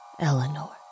Eleanor